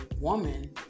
woman